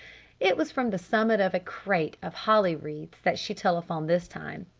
it was from the summit of a crate of holly-wreaths that she telephoned this time.